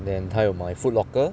then 他有买 Foot Locker